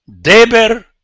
Deber